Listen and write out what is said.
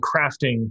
crafting